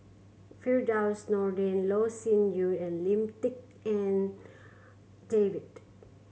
Firdaus Nordin Loh Sin Yun and Lim Tik En David